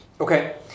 Okay